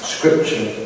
Scripture